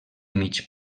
mig